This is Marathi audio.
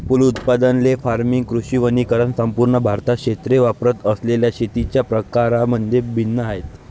फलोत्पादन, ले फार्मिंग, कृषी वनीकरण संपूर्ण भारतात क्षेत्रे वापरत असलेल्या शेतीच्या प्रकारांमध्ये भिन्न आहेत